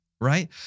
right